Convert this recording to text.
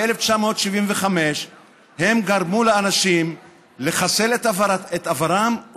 ב-1975 הם גרמו לאנשים לחסל את עברם,